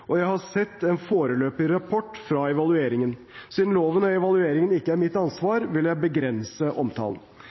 og jeg har sett en foreløpig rapport fra evalueringen. Siden loven og evalueringen ikke er mitt ansvar, vil jeg begrense omtalen.